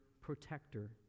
protector